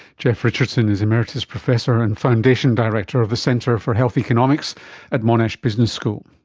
jeff richardson is emeritus professor and foundation director of the centre for health economics at monash business school.